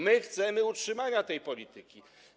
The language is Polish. My chcemy utrzymania tej polityki.